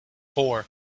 four